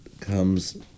comes